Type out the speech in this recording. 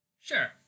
Sure